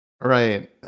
Right